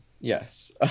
yes